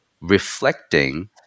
reflecting